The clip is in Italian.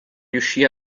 riuscì